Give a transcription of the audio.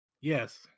Yes